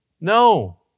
no